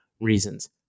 reasons